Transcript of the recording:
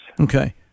okay